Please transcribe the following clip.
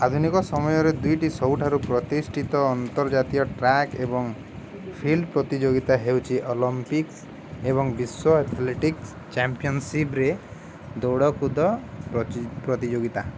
ଆଧୁନିକ ସମୟରେ ଦୁଇଟି ସବୁଠାରୁ ପ୍ରତିଷ୍ଠିତ ଅନ୍ତର୍ଜାତୀୟ ଟ୍ରାକ୍ ଏବଂ ଫିଲ୍ଡ ପ୍ରତିଯୋଗିତା ହେଉଛି ଅଲିମ୍ପିକ୍ସ ଏବଂ ବିଶ୍ୱ ଏଥଲେଟିକ୍ସ ଚାମ୍ପିଅନସିପ୍ରେ ଦୌଡ଼କୁଦ ପ୍ରତିଯୋଗିତା